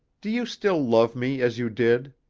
do you still love me as you did?